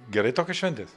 gerai tokios šventės